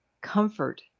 comfort